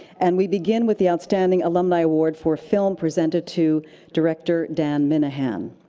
and we begin with the outstanding alumni award for film presented to director dan minahan.